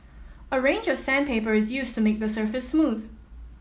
a range of sandpaper is used to make the surface smooth